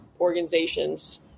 organizations